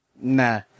nah